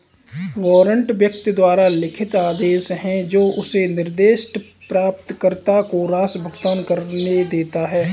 warrant व्यक्ति द्वारा लिखित आदेश है जो उसे निर्दिष्ट प्राप्तकर्ता को राशि भुगतान करने देता है